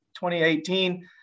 2018